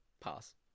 Pass